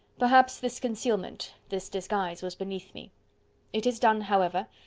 perhaps this concealment, this disguise was beneath me it is done, however,